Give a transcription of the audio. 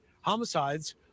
homicides